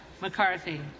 McCarthy